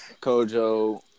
Kojo